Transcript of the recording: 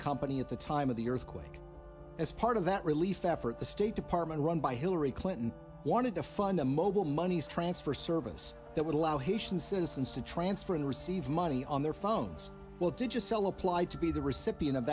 company at the time of the earthquake as part of that relief effort the state department run by hillary clinton wanted to fund the mobile moneys transfer service that would allow haitian citizens to transfer and receive money on their phones will do just sell applied to be the recipient of